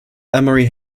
emory